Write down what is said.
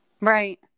Right